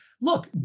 look